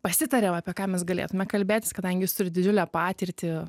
prasitarėm apie ką mes galėtume kalbėtis kadangi jūs turit didžiulę patirtį